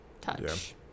touch